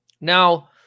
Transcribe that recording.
Now